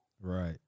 Right